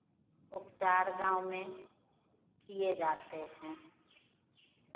उपचार गाँव में किए जाते हैं